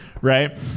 right